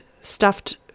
stuffed